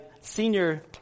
senior